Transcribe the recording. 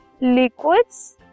liquids